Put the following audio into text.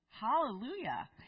Hallelujah